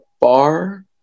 bar